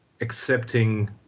accepting